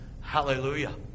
hallelujah